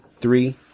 three